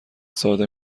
ساده